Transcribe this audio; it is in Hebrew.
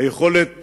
היכולת